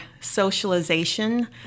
socialization